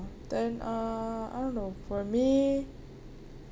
then uh I don't know for me